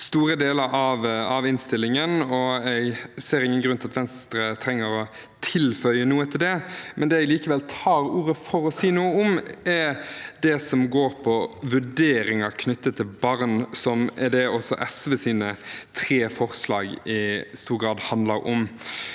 store deler av innstillingen, og jeg ser ingen grunn til at Venstre trenger å tilføye noe til det. Det jeg likevel tar ordet for å si noe om, er det som går ut på vurderinger knyttet til barn, som er det også SVs tre forslag i stor grad handler om.